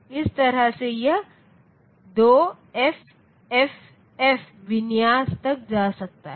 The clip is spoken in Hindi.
तो इस तरह यह इस 2FFF विन्यास तक जा सकता है